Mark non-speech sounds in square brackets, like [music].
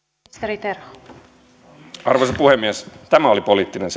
arvoisa puhemies tämä oli poliittinen [unintelligible]